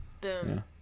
Boom